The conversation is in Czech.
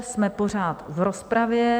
Jsme pořád v rozpravě.